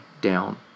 down